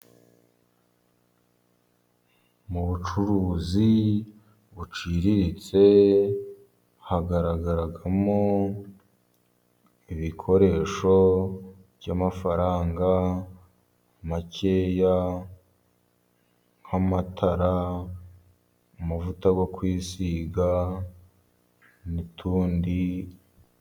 Mubucuruzi buciriritse hagaragaragamo, ibikoresho by'amafaranga makeya, nk'amatara, umuvuta yo kwisiga n'utundi.